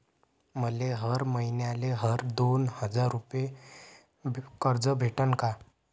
मले हर मईन्याले हर दोन हजार रुपये कर्ज भेटन का?